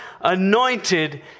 anointed